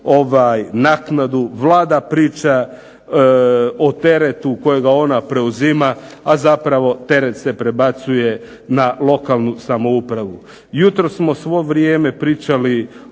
naknadu. Vlada priča o teretu kojega ona preuzima, a zapravo teret se prebacuje na lokalnu samoupravu. Jutros smo svo vrijeme pričali